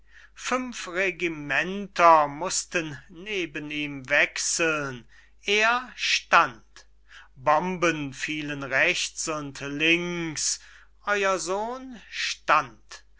fünf regimenter mußten neben ihm wechseln er stand feuerkugeln fielen rechts und links euer sohn stand